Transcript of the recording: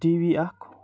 T V اکھ